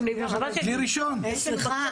סליחה,